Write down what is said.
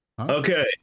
Okay